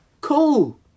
cool